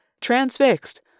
transfixed